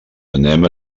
anem